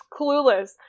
clueless